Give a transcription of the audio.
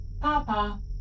Papa